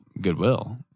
Goodwill